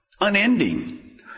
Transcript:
Unending